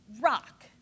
rock